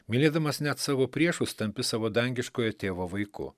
mylėdamas net savo priešus tampi savo dangiškojo tėvo vaiku